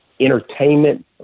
entertainment